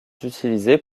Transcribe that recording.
utilisées